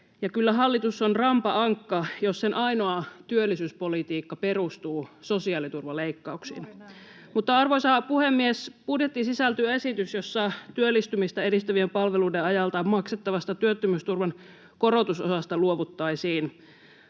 ja kyllä hallitus on rampa ankka, jos sen ainoa työllisyyspolitiikka perustuu sosiaaliturvaleikkauksiin. Mutta, arvoisa puhemies, budjettiin sisältyy esitys, jossa työllistymistä edistävien palveluiden ajalta maksettavasta työttömyysturvan korotusosasta luovuttaisiin.